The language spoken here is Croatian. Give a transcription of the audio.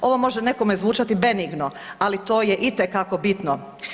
Ovo može nekome zvučati benigno, ali to je itekako bitno.